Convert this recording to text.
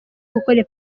gukora